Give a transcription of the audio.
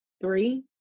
three